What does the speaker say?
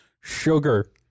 sugar